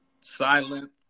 Silent